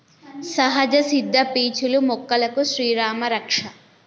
సహజ సిద్ద పీచులు మొక్కలకు శ్రీరామా రక్ష